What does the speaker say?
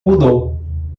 mudou